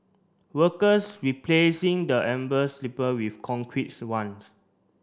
workers replacing the sleeper with concretes ones